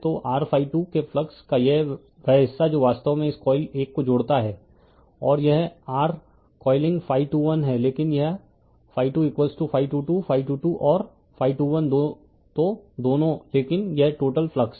तो rके फ्लक्स का वह हिस्सा जो वास्तव में इस कॉइल 1 को जोड़ता है और यह r कॉइलिंग है लेकिन यह और तो दोनों लेकिन यह टोटल फ्लक्स है